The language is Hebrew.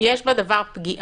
יש בדבר פגיעה.